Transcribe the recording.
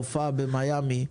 רופאה ממיאמי,